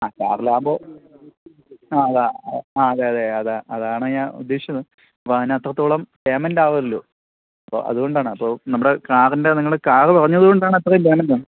ആ കാർ ലാബോ ആ അതാ ആ അതെ അതെ അതെ അതാണ് ഞാൻ ഉദ്ദേശിച്ചത് അപ്പോഴതിന് അത്രത്തോളം പേയ്മെൻറ് ആവുമല്ലോ അപ്പോള് അതുകൊണ്ടാണ് അപ്പോള് നമ്മുടെ കാറിൻ്റെ നിങ്ങള് കാര് പറഞ്ഞതുകൊണ്ടാണ് അത്രയും പേമെന്റ് വന്നേ